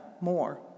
more